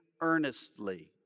earnestly